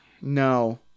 No